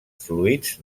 fluids